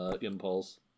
impulse